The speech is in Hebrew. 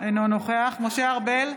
אינו נוכח משה ארבל,